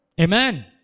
Amen